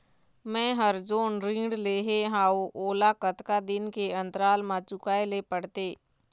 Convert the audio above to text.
मैं हर जोन ऋण लेहे हाओ ओला कतका दिन के अंतराल मा चुकाए ले पड़ते?